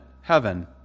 heaven